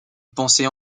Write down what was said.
penser